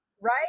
right